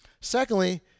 Secondly